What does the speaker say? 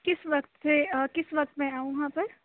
کس وقت سے آ کس وقت میں آؤں وہاں پر